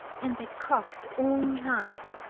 and they cough all night.